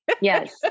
Yes